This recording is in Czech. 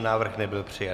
Návrh nebyl přijat.